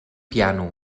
piano